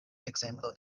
ekzemplo